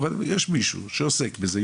אבל יש מישהו שעוסק בזה,